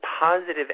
positive